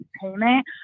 payment